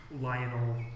Lionel